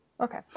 Okay